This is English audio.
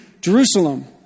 Jerusalem